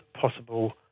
possible